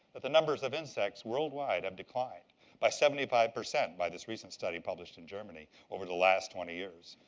that the numbers of insects worldwide have declined by seventy five percent by this recent study published in germany over the last twenty years.